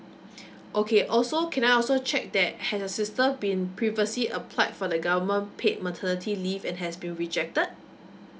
okay also can I also check that had the sister been previously applied for the government paid maternity leave and has been rejected